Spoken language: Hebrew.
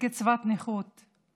ו"קצבת נכות";